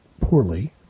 poorly